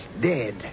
dead